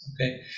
Okay